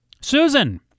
Susan